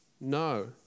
no